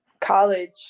college